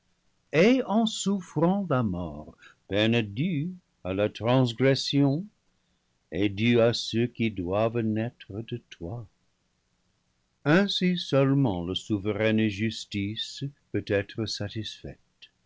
et en souffrant la mort peine due à la transgression et due à ceux qui doivent naître de toi ainsi seulement la souveraine justice peut être satisfaite